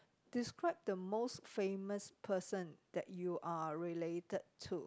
describe the most famous person that you are related to